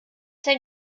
dein